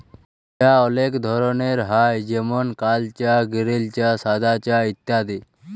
চাঁ অলেক ধরলের হ্যয় যেমল কাল চাঁ গিরিল চাঁ সাদা চাঁ ইত্যাদি